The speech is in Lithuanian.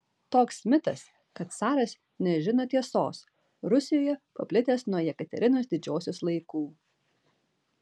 toks mitas kad caras nežino tiesos rusijoje paplitęs nuo jekaterinos didžiosios laikų